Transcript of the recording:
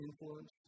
influence